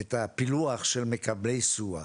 את הפילוח של מקבלי סיוע.